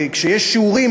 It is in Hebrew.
וכשיש שיעורים,